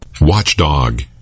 Watchdog